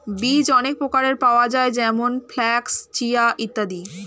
বীজ অনেক প্রকারের পাওয়া যায় যেমন ফ্ল্যাক্স, চিয়া ইত্যাদি